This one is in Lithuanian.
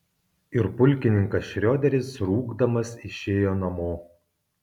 ir pulkininkas šrioderis rūgdamas išėjo namo